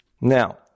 Now